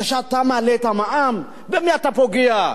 כשאתה מעלה את המע"מ, במי אתה פוגע?